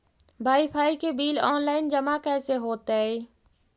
Wifi के bill online जमा कैसे होतै?